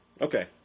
Okay